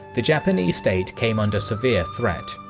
the japanese state came under severe threat.